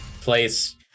place